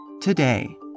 Today